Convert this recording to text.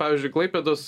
pavyžiui klaipėdos